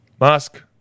Musk